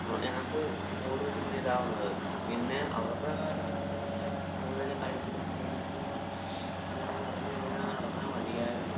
ഞങ്ങൾക്ക് കൂടുതലിങ്ങനെ ഇതാകുന്നത് പിന്നെ അവരുടെ കാലഘട്ടമെന്ന് വച്ചാൽ കൂടുതലും കളിച്ചും ചിരിച്ചും അങ്ങനെ മറിഞ്ഞും ഒക്കെ ഇങ്ങനെ നടന്നാൽ മതിയായിരുന്നു